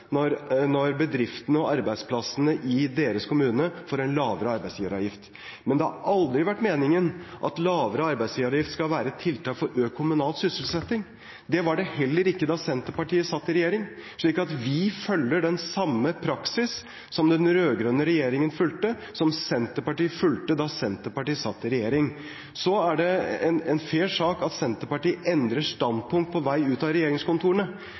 når bedriftene og arbeidsplassene i deres kommune får en lavere arbeidsgiveravgift. Men det har aldri vært meningen at lavere arbeidsgiveravgift skal være tiltak for økt kommunal sysselsetting. Det var det heller ikke da Senterpartiet satt i regjering. Vi følger den samme praksis som den rød-grønne regjeringen fulgte, og som Senterpartiet fulgte da de satt i regjering. Det er en fair sak at Senterpartiet endrer standpunkt på vei ut av regjeringskontorene,